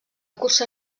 cursar